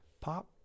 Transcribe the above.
pop